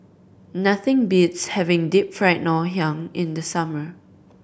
nothing beats having Deep Fried Ngoh Hiang in the summer